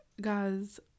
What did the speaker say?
guys